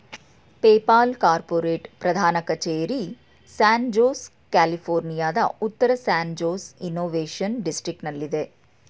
PayPal corporate ಪ್ರಧಾನ ಕಚೇರಿ San Jose, ಕ್ಯಾಲಿಫೋರ್ನಿಯಾದ ಉತ್ತರ ಸ್ಯಾನ್ ಜೋಸ್ ಇನ್ನೋವೇಶನ್ ಡಿಸ್ಟ್ರಿಕ್ಟನಲ್ಲಿದೆ